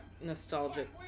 nostalgic